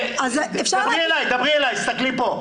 דברתי אליי, תסתכלי לפה.